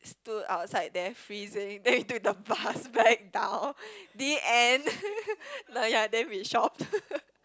stood outside there freezing then we took the bus back town the end the yea then we shopped